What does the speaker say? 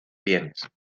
bienes